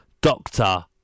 Doctor